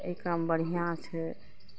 ई काम बढ़िआँ छै